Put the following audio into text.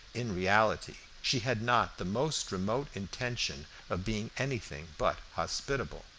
in reality she had not the most remote intention of being anything but hospitable.